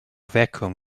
vacuum